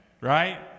right